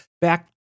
back